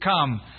come